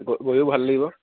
গ গৈও ভাল লাগিব